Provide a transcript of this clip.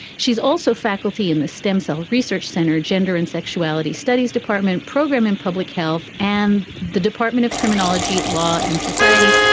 she's also faculty in the stem cell research center, gender and sexuality studies department program and public health and the department of criminology, law and society.